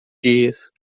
dias